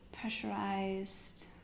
pressurized